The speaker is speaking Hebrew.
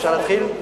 אפשר להתחיל?